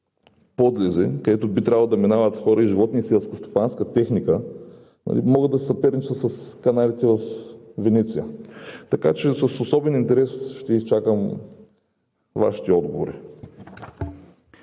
подлези, където би трябвало да минават хора, животни и селскостопанска техника, могат да съперничат с каналите във Венеция. Така че с особен интерес ще изчакам Вашите отговори.